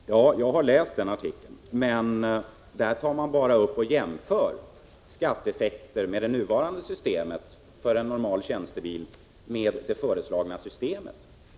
Herr talman! Jag har läst den artikeln. Men där jämför man endast nuvarande system med det föreslagna systemet beträffande skatteeffekterna för en normal tjänstebil.